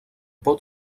pot